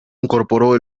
incorporó